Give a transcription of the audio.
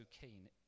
keen